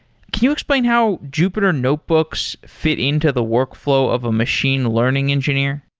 can you explain how jupiter notebooks fit into the workflow of a machine learning engineer?